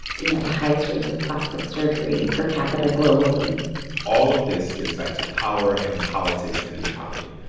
you know, the highest rates of plastic surgery per capita globally all of this gets back to power and politics and the economy.